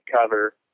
cover